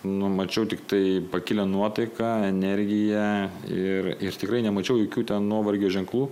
nu mačiau tiktai pakilią nuotaiką energiją ir ir tikrai nemačiau jokių ten nuovargio ženklų